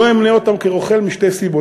לא אמנה אותם כרוכל, משתי סיבות.